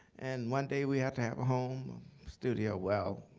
and one day we had to have a home studio. well,